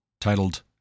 titled